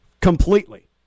Completely